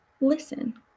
listen